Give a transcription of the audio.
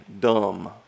dumb